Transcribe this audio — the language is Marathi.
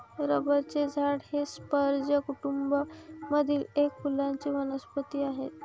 रबराचे झाड हे स्पर्ज कुटूंब मधील एक फुलांची वनस्पती आहे